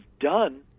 done